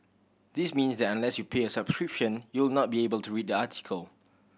this means that unless you pay a subscription you will not be able to read the article